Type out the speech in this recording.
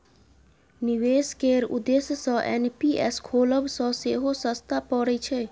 निबेश केर उद्देश्य सँ एन.पी.एस खोलब सँ सेहो सस्ता परय छै